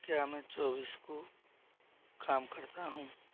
क्या मैं चौबीस को काम करता हूँ